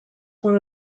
one